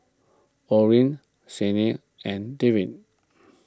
Orin Signe and Trevin